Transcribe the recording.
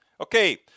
Okay